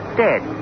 dead